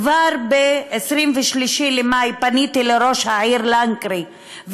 כבר ב-23 במאי פניתי לראש העיר לנקרי,